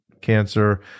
cancer